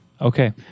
Okay